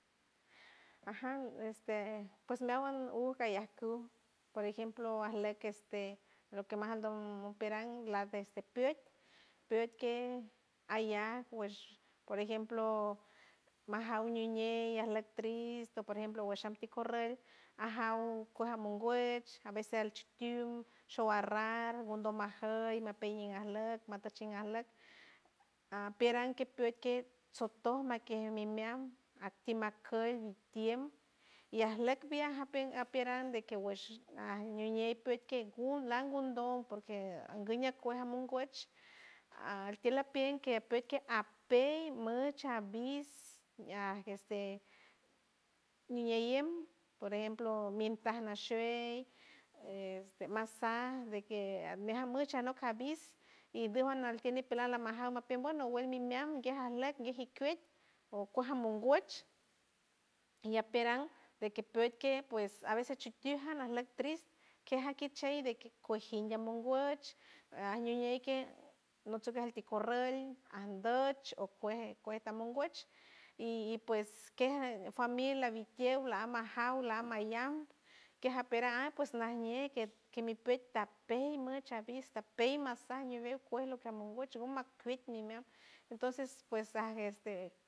Ajan este pues meawan uu cayaku por ejemplo arlek este de lo que mas aldo operan lar este pieit piet que ayak guesh por ejemplo majaw ñiñey alok tristo por ejemplo guashanti corrael ajaw cuej amon guech a vece al chitiuld show arran gundom majoiy mapeyin arlok matonchi arlok a piran ki pit ki sot to make mimian atimacol tiemp y arlok viaja pey aperan de que guesh añiuñey putke gunlan gundon porque anguñe cuesh amunguech altield pilan apey mucho a vis este niñey ñey por ejemplo mintras nashuey masa de que mejan mucho anok avis y biuld anol tiuld nipelan lamajaw mapield buenol nowel mi miaj gueja arlek guiji kiut o cueja nonguech iñaperan de que piutke pues a veces chitiul ja narloj trist queja akichey cuejin de mongoy a ñiuñeke nosoc alti corrol an boch o cuej o cuej a mongoch y pues que familia bitiew la am majaw la am mayam queja apera ap pues najñe ke kemi petta pey mucha vista pey masa ñuveu cuej loke amonguet guma cuit niumay entonces pues aj este.